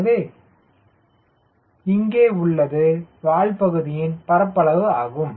எனவே இங்கே உள்ளது வால் பகுதியின் பரப்பளவு ஆகும்